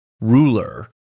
ruler